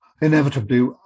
Inevitably